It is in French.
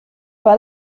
pas